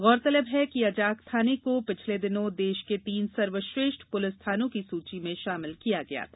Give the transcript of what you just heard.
गौरतलब है कि अजाक थाने को पिछले दिनों देश के तीन सर्वश्रेष्ठ पुलिस थानों की सूची में शामिल किया गया था